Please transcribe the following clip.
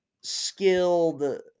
skilled